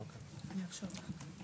אני ארשום לה.